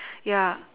ya